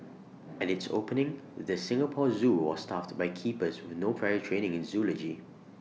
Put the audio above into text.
at its opening the Singapore Zoo was staffed by keepers with no prior training in zoology